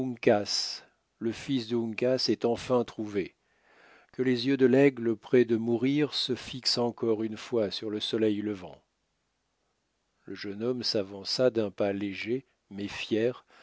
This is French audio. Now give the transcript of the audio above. le fils d'uncas est enfin trouvé que les yeux de l'aigle près de mourir se fixent encore une fois sur le soleil levant le jeune homme s'avança d'un pas léger mais fier